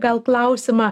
gal klausimą